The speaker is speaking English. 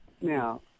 Now